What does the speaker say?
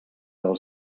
del